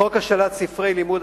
חוק השאלת ספרי לימוד,